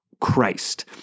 Christ